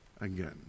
again